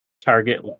target